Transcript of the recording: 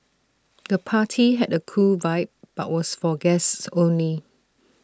the party had A cool vibe but was for guests only